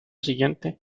siguiente